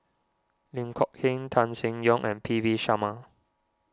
Lin Kok Heng Tan Seng Yong and P V Sharma